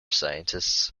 scientists